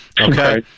Okay